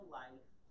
life